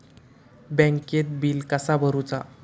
बँकेत बिल कसा भरुचा?